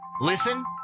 Listen